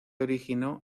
originó